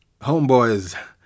homeboys